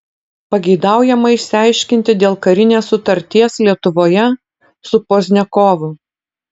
pageidaujama išsiaiškinti dėl karinės sutarties lietuvoje su pozdniakovu